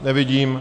Nevidím.